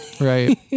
Right